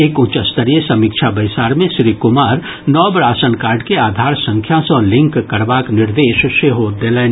एक उच्च स्तरीय समीक्षा बैसार मे श्री कुमार नव राशन कार्ड के आधार संख्या सॅ लिंक करबाक निर्देश सेहो देलनि